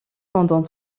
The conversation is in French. pendant